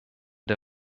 der